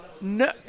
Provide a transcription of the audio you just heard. no